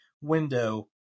window